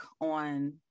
on